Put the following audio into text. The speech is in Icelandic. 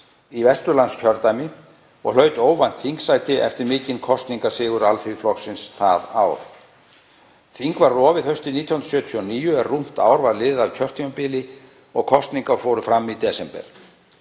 í Vesturlandskjördæmi og hlaut óvænt þingsæti eftir mikinn kosningasigur Alþýðuflokksins það ár. Þing var rofið haustið 1979, er rúmt ár var liðið af kjörtímabili, og kosningar fóru fram í desember.